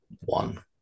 one